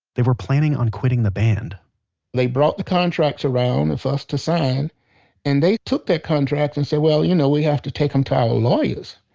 they were planning on quitting the band they brought the contract around for us to sign and they took that contract and said well, you know we have to take them to our lawyers.